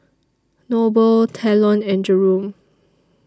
Noble Talon and Jerome